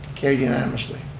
carried unanimously.